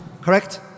Correct